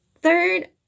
Third